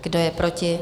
Kdo je proti?